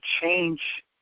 change –